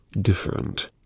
different